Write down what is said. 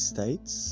States